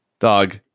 Dog